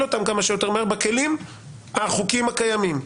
אותם כמה שיותר מהר בכלים החוקיים הקיימים.